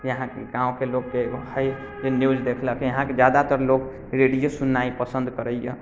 यहाँ गाँवके लोककेँ हय जे न्यूज देखलक यहाँके जादातर लोक रेडियो सुननाइ पसन्द करैया